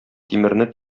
тимерне